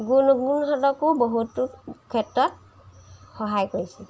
গুণগুণহঁতকো বহুতো ক্ষেত্ৰত সহায় কৰিছে